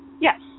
yes